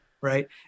Right